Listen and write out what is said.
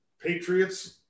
Patriots